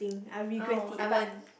oh I won't